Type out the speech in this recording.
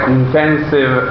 intensive